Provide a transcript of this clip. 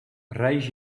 reis